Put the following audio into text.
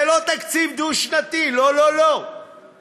זה לא תקציב דו-שנתי, לא, לא, לא.